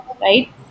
right